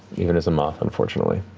even as a moth, unfortunately.